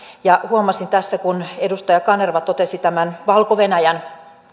ja huomasin tässä kun edustaja kanerva totesi tämän valko venäjän